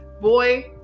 Boy